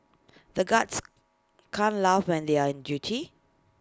the guards can't laugh when they are on duty